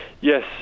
Yes